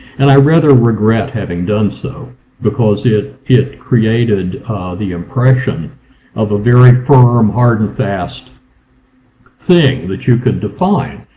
and i rather regret having done so because it it created the impression of a very firm, hard and fast thing that you could define.